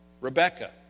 Rebecca